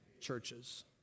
churches